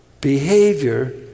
behavior